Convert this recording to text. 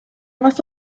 fath